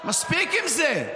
מספיק עם זה.